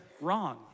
wrong